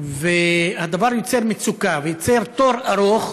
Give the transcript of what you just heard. והדבר יוצר מצוקה ותור ארוך